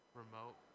remote